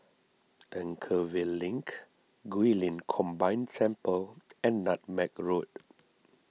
Anchorvale Link Guilin Combined Temple and Nutmeg Road